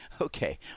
Okay